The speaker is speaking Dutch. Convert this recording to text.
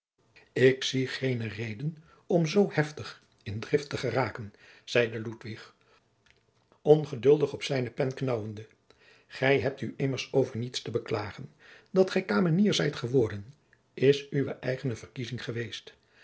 ik zie geene reden om zoo heftig in drift te geraken zeide ludwig ongeduldig op zijne pen knaauwende gij hebt u immers over niets te beklagen dat gij kamenier zijt geworden is uwe eigene verkiezing geweest